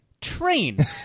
Train